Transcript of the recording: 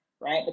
right